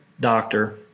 doctor